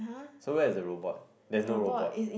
so that is the robot there is no robot